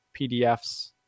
PDFs